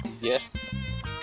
Yes